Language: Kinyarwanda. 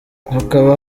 hakaba